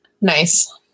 Nice